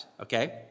okay